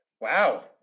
Wow